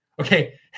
Okay